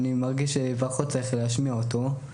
אני מרגיש שפחות צריך להשמיע אותו,